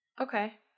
Okay